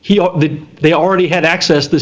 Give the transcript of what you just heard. he they already had access t